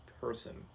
person